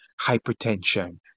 hypertension